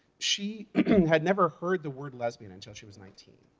she had never heard the word lesbian until she was nineteen.